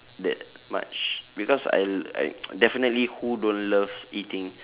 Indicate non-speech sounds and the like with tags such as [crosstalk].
that much because I l~ I [noise] definitely who don't loves eating